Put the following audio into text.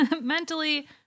mentally